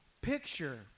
picture